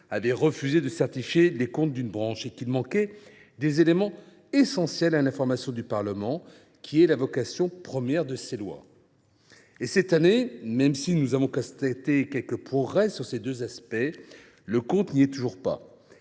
avait refusé de certifier les comptes d’une branche et qu’il manquait des éléments essentiels à l’information du Parlement, qui est la vocation première de ces lois. Cette année, même si nous avons constaté quelques progrès sur ces deux aspects, le compte n’y est toujours pas.